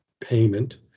payment